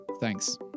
Thanks